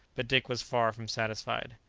but dick was far from satisfied.